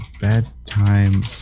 bedtime